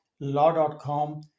Law.com